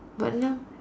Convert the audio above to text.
but now